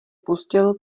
pustil